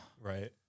Right